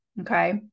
okay